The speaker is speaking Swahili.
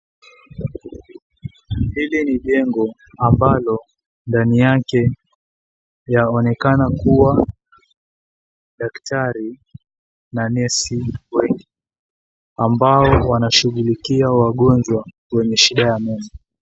Hili ni jengo ambalo ndani yake yaonekana kuwa daktari na nesi ambao wanashughulikia wagonjwa wenye shida ya meno.